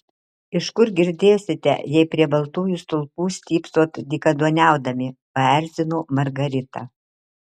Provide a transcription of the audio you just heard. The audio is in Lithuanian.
iš kur girdėsite jei prie baltųjų stulpų stypsot dykaduoniaudami paerzino margarita